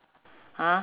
!huh!